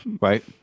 right